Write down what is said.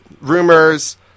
rumors